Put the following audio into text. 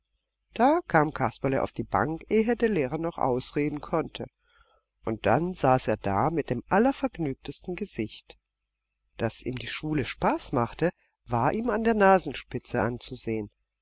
da kam kasperle auf die bank ehe der lehrer noch ausreden konnte und dann saß er da mit dem allervergnügtesten gesicht daß ihm die schule spaß machte war ihm an der nasenspitze anzusehen